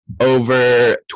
over